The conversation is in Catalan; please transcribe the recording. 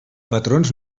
patrons